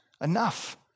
enough